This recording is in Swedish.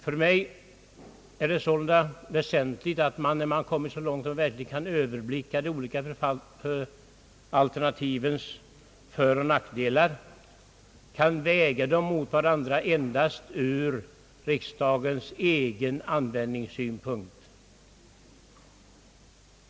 För mig är det väsentligt att man, när man kommit så långt att de olika alternativens föroch nackdelar verkligen kan överblickas, kan väga dem mot varandra endast ur riksdagens egen användningssynpunkt.